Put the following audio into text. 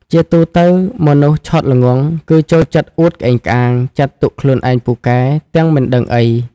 ជាទូទៅមនុស្សឆោតល្ងង់ គឺចូលចិត្តអួតក្អេងក្អាង ចាត់ទុកខ្លួនឯងពូកែ ទាំងមិនដឹងអី។